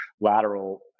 lateral